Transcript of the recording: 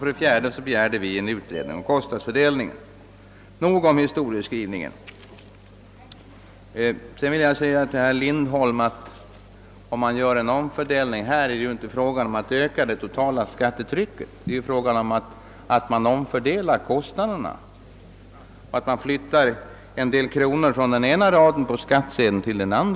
För det fjärde slutligen begärde vi en utredning om kostnadsfördelningen. Nog därmed om historieskrivningen! Till herr Lindholm vill jag säga att om man gör en omfördelning är det inte fråga om att öka det totala skattetrycket utan endast att omfördela kostnaderna. Man flyttar en del kronor från en rad på skattsedeln till en annan.